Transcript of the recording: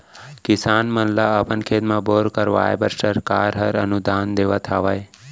किसान मन ल अपन खेत म बोर कराए बर सरकार हर अनुदान देत हावय